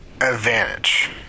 advantage